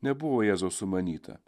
nebuvo jėzaus sumanyta